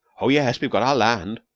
oh, yes we've got our land,